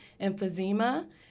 emphysema